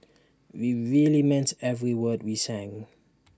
we really meant every word we sang